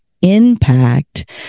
impact